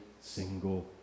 single